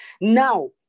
Now